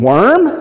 Worm